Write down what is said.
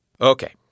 Okay